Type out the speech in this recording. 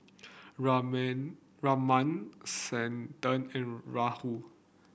Raman Santha and Rahul